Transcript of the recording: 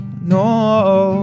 no